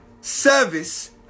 service